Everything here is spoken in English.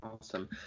Awesome